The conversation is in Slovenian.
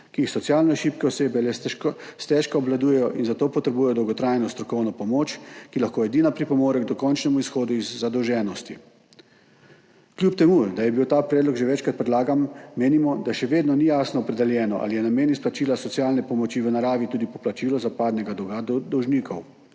ki jih socialno šibke osebe le stežka obvladujejo in zato potrebujejo dolgotrajno strokovno pomoč, ki lahko edina pripomore k dokončnemu izhodu iz zadolženosti. Kljub temu, da je bil ta predlog že večkrat predlagan, menimo, da še vedno ni jasno opredeljeno, ali je namen izplačila socialne pomoči v naravi tudi poplačilo zapadlega dolga do dolžnikov.